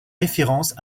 référence